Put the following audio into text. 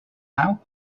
now